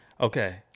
Okay